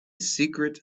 secret